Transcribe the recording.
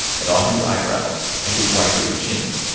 and on his eyebrows, and his wiry chin.